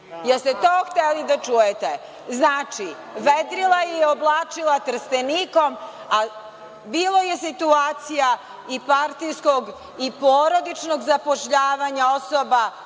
Jeste to hteli da čujete? Znači, vedrila i oblačila Trstenikom, a bilo je situacija i partijskog i porodičnog zapošljavanja osoba